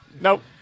Nope